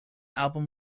album